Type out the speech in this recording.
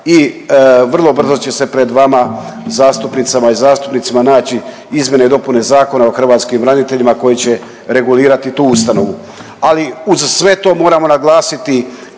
i vrlo brzo će se pred vama zastupnicama i zastupnicima naći izmjene i dopune Zakona o hrvatskim braniteljima koje će regulirati tu ustanovu. Ali uz sve to moramo naglasiti